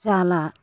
जाला